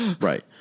right